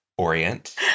orient